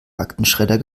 aktenschredder